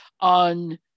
on